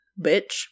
bitch